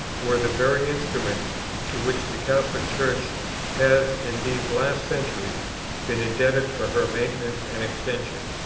were the very instruments to which the catholic church has in these last centuries been indebted for her maintenance and extension.